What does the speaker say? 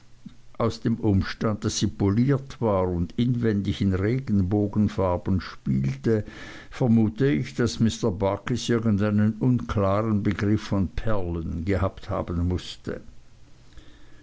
aus dem umstand daß sie poliert war und inwendig in regenbogenfarben spielte vermute ich daß mr barkis irgendeinen unklaren begriff von perlen gehabt haben mußte